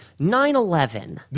9-11